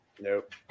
Nope